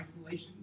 isolation